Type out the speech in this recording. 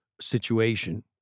situation